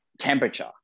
temperature